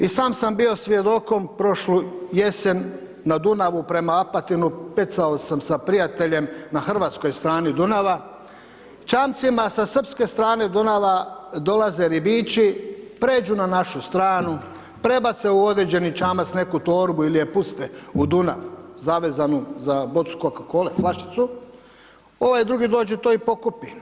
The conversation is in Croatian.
I sam sam bio svjedokom prošlu jesen na Dunavu prema Apatinu, pecao sam sa prijateljem sa hrvatskoj strani Dunava, čamci sa srpske strane Dunava, dolaze ribiči, pređu na našu stranu, prebace u određeni čamac neku torbu ili ju puste u Dunav, zavezanu za bocu Coca cole flašicu, ovaj drugi dođe to i pokupi.